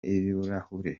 ibirahure